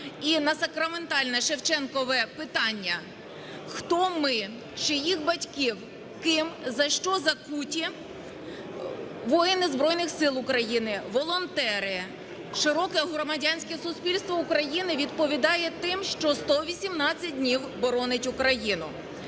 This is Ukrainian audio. І на сакраментальне шевченкове питання: "Хто ми? Чиїх батьків? Ким, за що закуті?" - воїни Збройних Сил України, волонтери, широке громадянське суспільство України відповідає тим, що 118 днів боронить Україну.